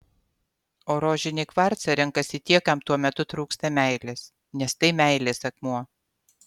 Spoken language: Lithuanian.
o rožinį kvarcą renkasi tie kam tuo metu trūksta meilės nes tai meilės akmuo